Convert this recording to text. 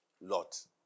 Lot